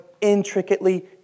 intricately